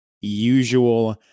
usual